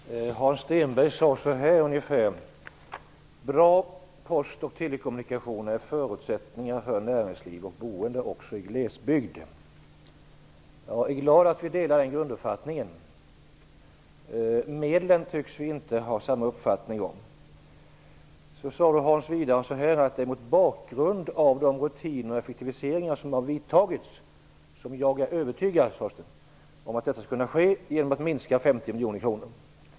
Fru talman! Hans Stenberg sade att bra post och telekommunikationer är förutsättningar för näringliv och boende också i glesbygd. Jag är glad att vi delar den grunduppfattningen. Medlen tycks vi inte ha samma uppfattning om. Hans Stenberg sade vidare att det var mot bakgrund av de rutiner och effektiviseringar som har gjorts som han var övertygad om att detta skulle kunna ske genom att minska anslaget med 50 miljoner kronor.